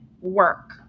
work